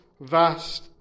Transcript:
vast